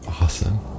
Awesome